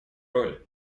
роль